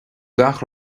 gach